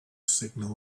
signal